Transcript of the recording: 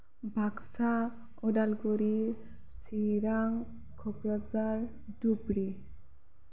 Baksa Udalguri Chirang Kokrajhar Dhubri